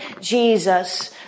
Jesus